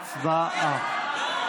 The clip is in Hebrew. הצבעה.